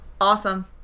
Awesome